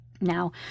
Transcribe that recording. Now